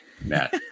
Matt